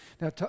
Now